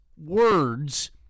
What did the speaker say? words